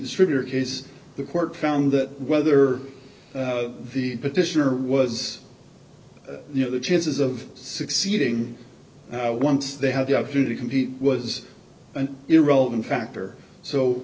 distributor case the court found that whether the petitioner was you know the chances of succeeding once they have the opportunity compete was an irrelevant factor so